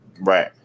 Right